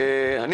תודה.